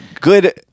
good